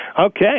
Okay